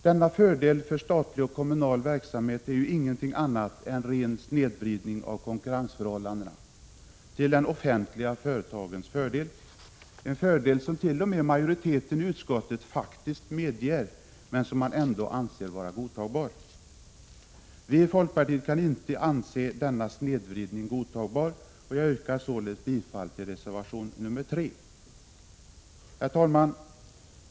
Denna fördel för statlig och kommunal verksamhet är ju ingenting annat än en ren snedvridning av konkurrensförhållandena till de offentliga företagens fördel, en fördel som t.o.m. majoriteten i utskottet faktiskt medger existerar, men som man ändå anser vara godtagbar. Vi i folkpartiet kan inte acceptera denna snedvridning, och jag yrkar därför bifall till reservation 3. Herr talman!